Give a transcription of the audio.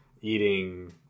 eating